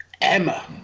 Emma